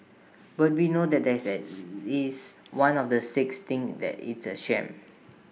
but we know that is at least one of the six thinks that it's A sham